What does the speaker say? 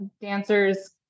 dancers